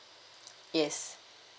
yes